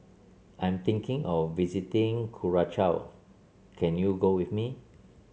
I'm thinking of visiting can you go with me